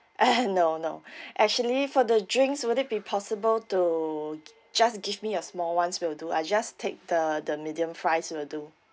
no no actually for the drinks would it be possible to j~ just give me a small ones will do I'll just take the the medium fries will do